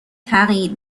تغییر